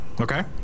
Okay